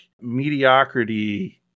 mediocrity